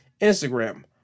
instagram